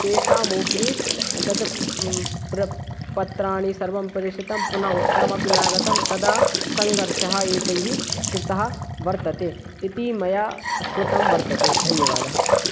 तेषामुपरि तत् पत्राणि सर्वं प्रेषितं पुनः उत्तरमपि नागतं तदा संघर्षः एतैः कृतः वर्तते इति मया श्रुतं वर्तते धन्यवादः